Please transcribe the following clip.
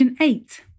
eight